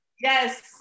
Yes